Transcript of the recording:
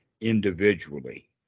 individually